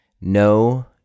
no